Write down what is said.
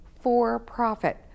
for-profit